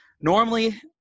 Normally –